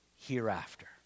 hereafter